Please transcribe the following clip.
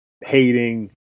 hating